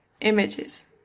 images